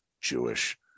Jewish